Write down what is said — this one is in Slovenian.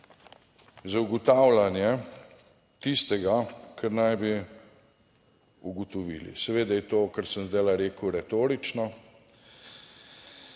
za ugotavljanje tistega, kar naj bi ugotovili. Seveda je to, kar sem zdaj rekel, retorično.